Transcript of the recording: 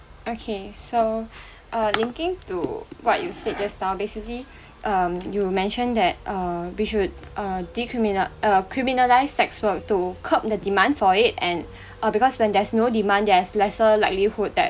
okay so uh linking to what you said just now basically um you mentioned that uh we should uh decriminal~ uh criminalise sex work to curb the demand for it and uh because when there's no demand there's lesser likelihood that